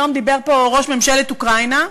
היום דיבר פה ראש ממשלת אוקראינה,